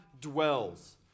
dwells